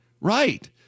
right